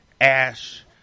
Ash